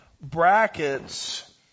brackets